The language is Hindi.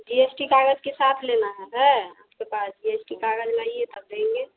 जी एस टी कागज़ के साथ लेना है है आपके पास जी एस टी कागज़ नहीं है तब देंगे